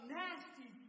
nasty